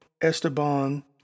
Esteban